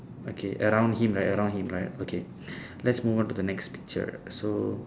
okay around him right around him right okay let's move on to the next picture so